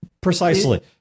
Precisely